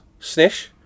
Snish